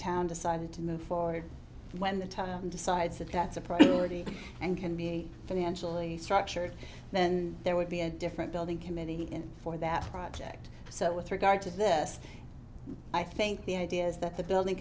town decided to move forward when the time decides that that's a priority and can be financially structured then there would be a different building committee for that project so with regard to this i think the idea is that the building